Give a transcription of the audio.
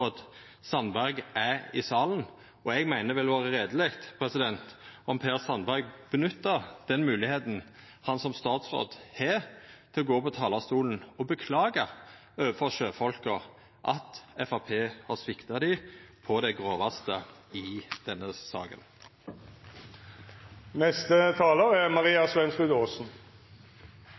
Sandberg er i salen, og eg meiner det hadde vore reieleg om Per Sandberg nytta den moglegheita han som statsråd har, til å gå på talarstolen og beklaga overfor sjøfolka at Framstegspartiet har svikta dei på det grovaste i denne saka. Fremskrittspartiet har seilt under falskt flagg. Lenge har de gitt sjøfolk og oss som er